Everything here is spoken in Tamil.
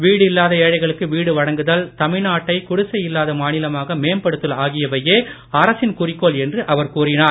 வீடு இல்லாத ஏழைகளுக்கு வீடு வழங்குதல் தமிழ்நாட்டை குடிசை இல்லாத மாநிலமாக மேம்படுத்துதல் ஆகியவையே அரசின் குறிக்கோள் என்று அவர் கூறினார்